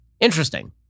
Interesting